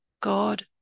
God